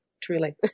truly